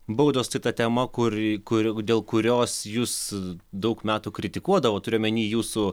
baudos tai ta tema kuri kur dėl kurios jus daug metų kritikuodavo turiu omeny jūsų